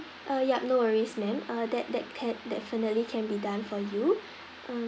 uh yup no worries ma'am uh that that can definitely can be done for you uh